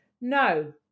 No